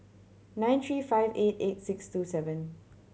nine three five eight eight six two seven